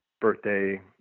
birthday